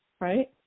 Right